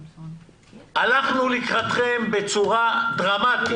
הלכנו לקראתכם בצורה דרמטית.